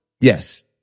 yes